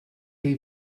chi